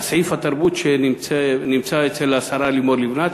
סעיף התרבות שנמצא אצל השרה לימור לבנת.